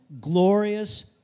glorious